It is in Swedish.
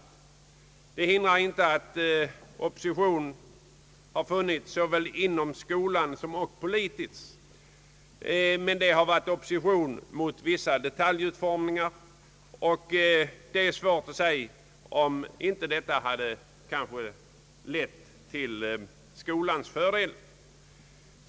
Detta hindrar inte att opposition såväl inom skolan som politiskt har förekommit mot vissa detaljutformningar. Det kan ifrågasättas, om inte detta kanske lett till skolans fördel.